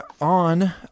on